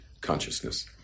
consciousness